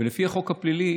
ולפי החוק הפלילי